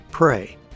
Pray